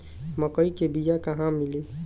मक्कई के बिया क़हवा मिली?